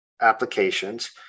applications